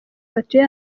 batuye